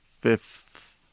fifth